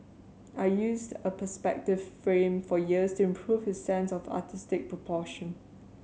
I used a perspective frame for years to improve his sense of artistic proportion